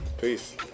peace